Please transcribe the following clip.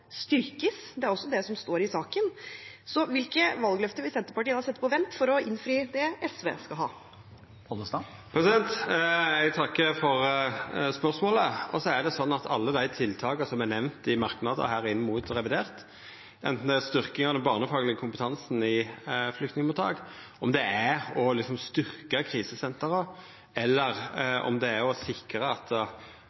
som står i saken. Så hvilke valgløfter vil Senterpartiet sette på vent for å innfri det SV skal ha? Eg takkar for spørsmålet. Det er det sånn at alle dei tiltaka som er nemnde i merknadene i samband med revidert, anten det er styrkinga av den barnefaglege kompetansen i flyktningmottak, om det er å styrkja krisesentra eller